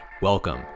Welcome